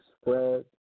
spread